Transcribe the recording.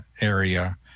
area